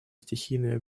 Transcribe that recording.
стихийными